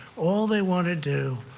all they want to do